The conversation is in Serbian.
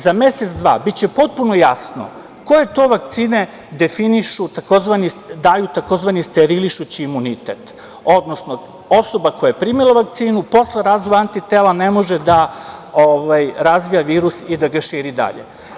Za mesec, dva biće potpuno jasno koje to vakcine daju, takozvani sterilišući imunitet, odnosno osoba koja je primila vakcinu posle razvoja antitela ne može da razvija virus i da ga širi dalje.